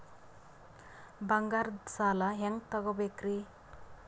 ಬಂಗಾರದ್ ಸಾಲ ಹೆಂಗ್ ತಗೊಬೇಕ್ರಿ?